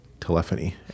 telephony